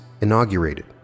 inaugurated